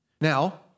Now